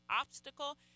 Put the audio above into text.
obstacle